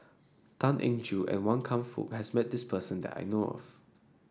Tan Eng Joo and Wan Kam Fook has met this person that I know of